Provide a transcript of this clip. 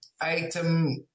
item